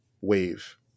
wave